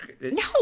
No